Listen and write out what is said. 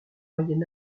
moyen